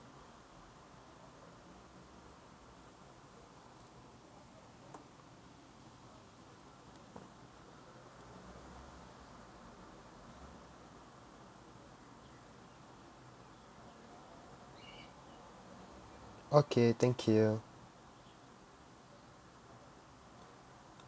okay thank you